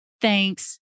thanks